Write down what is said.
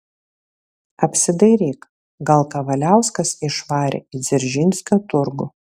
apsidairyk gal kavaliauskas išvarė į dzeržinskio turgų